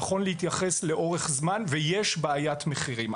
נכון להתייחס לאורך זמן ויש בעיית מחירים.